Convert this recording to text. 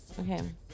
Okay